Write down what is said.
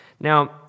Now